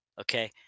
Okay